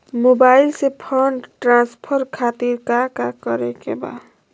Mobile से fund transfer खातिर काका करे के बा?